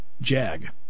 Jag